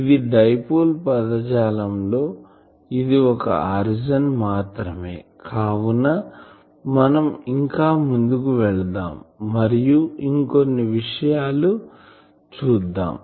ఇది డైపోల్ పదజాలం లో ఇది ఒక ఆరిజిన్ మాత్రమేకావున మనం ఇంకా ముందుకు వెళ్దాం మరియు ఇంకా కొని విషయాలు చూద్దాం